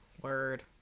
Word